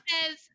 says